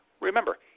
Remember